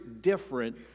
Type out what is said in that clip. different